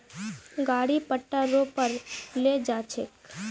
गाड़ी पट्टा रो पर ले जा छेक